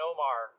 Omar